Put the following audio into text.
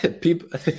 People